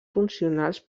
funcionals